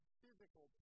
physical